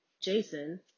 Jason